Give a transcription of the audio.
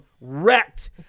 wrecked